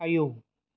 आयौ